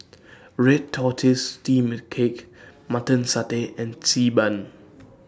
Red Tortoise Steamed Cake Mutton Satay and Xi Ban